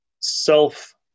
self